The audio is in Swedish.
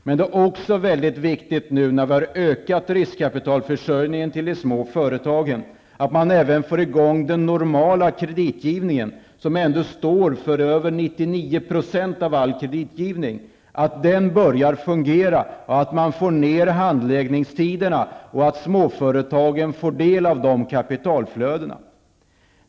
Men det är också viktigt, nu när vi har ökat riskkapitalförsörjningen till de små företagen, att den normala kreditgivningen kommer i gång, den som står för över 99 % av all kreditgivning. Det är viktigt att den börjar fungera, att man får ned handläggningstiderna och att småföretagen får del av de kapitalflödena.